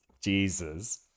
Jesus